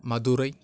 Madurai